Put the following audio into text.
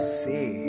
see